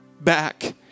back